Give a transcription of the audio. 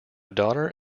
daughter